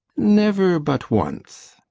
never but once.